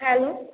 hello